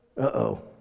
uh-oh